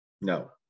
no